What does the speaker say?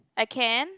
I can